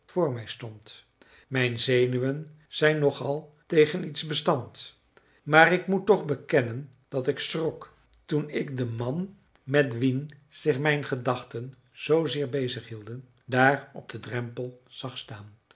mijn zenuwen zijn nog al tegen iets bestand maar ik moet toch bekennen dat ik schrok toen ik den man met wien zich mijn gedachten zoozeer bezighielden daar op den drempel zag staan